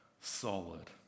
solid